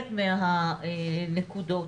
מהנקודות,